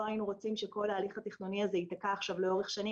לא היינו רוצים שכל ההליך התכנוני הזה ייתקע עכשיו לאורך שנים,